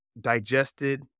digested